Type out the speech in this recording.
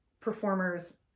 performers